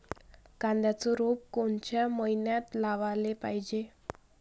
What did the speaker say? कांद्याचं रोप कोनच्या मइन्यात लावाले पायजे?